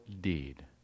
deed